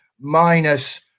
minus